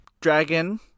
dragon